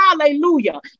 Hallelujah